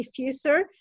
diffuser